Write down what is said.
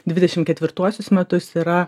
dvidešimt ketvirtuosius metus yra